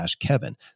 kevin